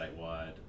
statewide